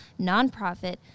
nonprofit